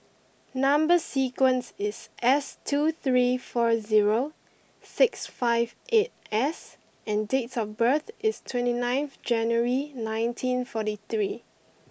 number sequence is S two three four zero six five eight S and date of birth is twenty ninth January nineteen forty three